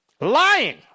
lying